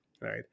right